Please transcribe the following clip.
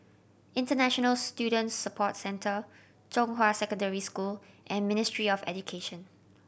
International Student Support Centre Zhonghua Secondary School and Ministry of Education